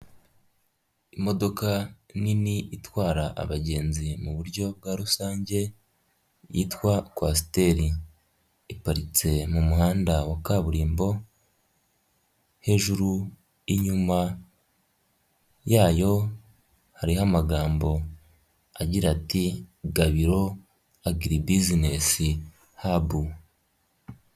Imodoka nini itwara abagenzi mu buryo bwa rusange yitwa kwasiteri, iparitse mu muhanda wa kaburimbo, hejuru inyuma yayo hariho amagambo agira ati'' gabiro agiri bizinesi habu.''